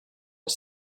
are